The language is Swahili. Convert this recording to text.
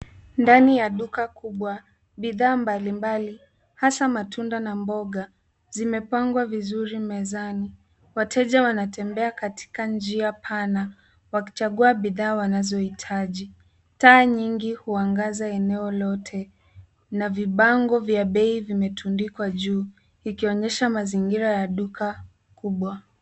Ndani ya duka kubwa, bidhaa mbali mbai, hasa, matunda na mboga, zimepangwa vizuri mezani. Wateja wanatembea katika njia pana, wakichagua bidhaa wanazohitaji. Taa nyingi huangaza eneo lote, na vibango vya bei vimetundikwa juu. Ikionyesha mazingira ya duka kubwa.